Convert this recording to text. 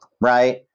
right